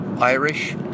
Irish